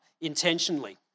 intentionally